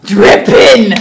Dripping